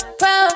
pro